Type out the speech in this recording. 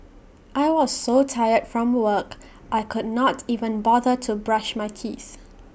I was so tired from work I could not even bother to brush my teeth